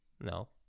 No